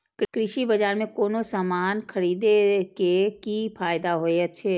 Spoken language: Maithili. कृषि बाजार में कोनो सामान खरीदे के कि फायदा होयत छै?